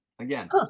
Again